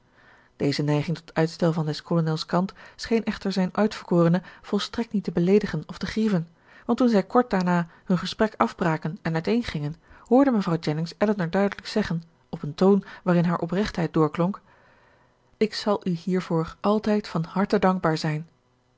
deze neiging tot uitstel van des kolonels kant scheen echter zijne uitverkorene volstrekt niet te beleedigen of te grieven want toen zij kort daarna hun gesprek afbraken en uiteengingen hoorde mevrouw jennings elinor duidelijk zeggen op een toon waarin haar oprechtheid doorklonk ik zal u hiervoor altijd van harte dankbaar zijn